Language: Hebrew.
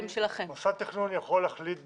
מוסד תכנון יכול להחליט בתוכנית,